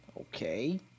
Okay